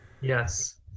Yes